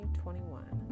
2021